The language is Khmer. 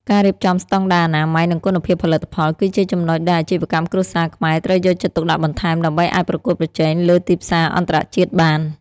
ការរៀបចំស្តង់ដារអនាម័យ និងគុណភាពផលិតផល គឺជាចំណុចដែលអាជីវកម្មគ្រួសារខ្មែរត្រូវយកចិត្តទុកដាក់បន្ថែមដើម្បីអាចប្រកួតប្រជែងលើទីផ្សារអន្តរជាតិបាន។